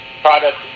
product